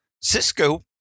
Cisco